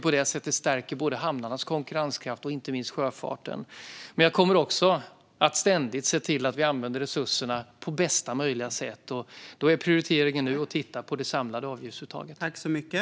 På det sättet stärker vi både hamnarnas konkurrenskraft och sjöfarten. Jag kommer ständigt att se till att vi använder resurserna på bästa möjliga sätt. Nu är prioriteringen att titta på det samlade avgiftsuttaget.